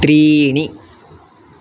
त्रीणि